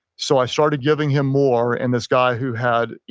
so i started giving him more and this guy who had,